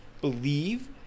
believe